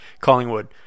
Collingwood